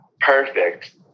perfect